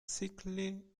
sickly